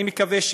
אני מקווה,